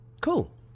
Cool